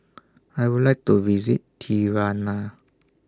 I Would like to visit Tirana